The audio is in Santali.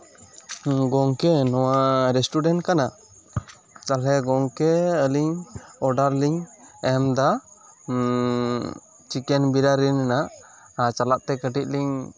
ᱜᱚᱢᱠᱮ ᱱᱚᱣᱟ ᱨᱮᱥᱴᱩᱨᱮᱱᱴ ᱠᱟᱱᱟ ᱛᱟᱦᱞᱮ ᱜᱚᱢᱠᱮ ᱟᱹᱞᱤᱧ ᱚᱰᱟᱨ ᱞᱤᱧ ᱮᱢ ᱫᱟ ᱪᱤᱠᱮᱱ ᱵᱤᱲᱟᱱᱤ ᱨᱮᱱᱟᱜ ᱪᱟᱞᱟᱜ ᱛᱮ ᱠᱟᱹᱴᱤᱡ ᱞᱤᱧ